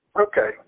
Okay